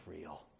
real